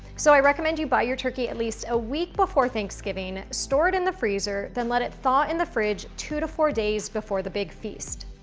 so i recommend you buy your turkey at least a week before thanksgiving, store it in the freezer, then let it thaw in the fridge two to four days before the big feast.